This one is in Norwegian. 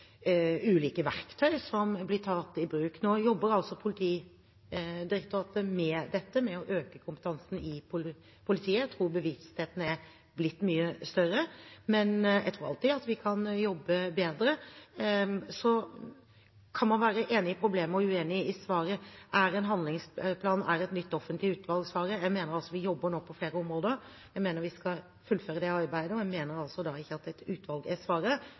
ulike verktøy som blir tatt i bruk. Nå jobber altså Politidirektoratet med dette, med å øke kompetansen i politiet. Jeg tror bevisstheten er blitt mye større, men jeg tror alltid at vi kan jobbe bedre. Så kan man være enig i problemet og uenig i svaret. Er en handlingsplan eller et nytt offentlig utvalg svaret? Vi jobber nå på flere områder, og jeg mener vi skal fullføre det arbeidet, og jeg mener ikke at et utvalg er svaret